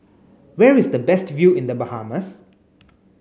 where is the best view in The Bahamas